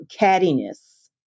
cattiness